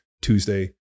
Tuesday